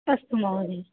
अस्तु महोदय